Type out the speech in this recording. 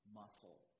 muscle